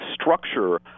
structure